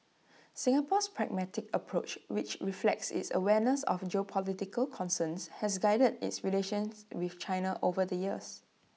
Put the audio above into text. Singapore's pragmatic approach which reflects its awareness of geopolitical concerns has guided its relations with China over the years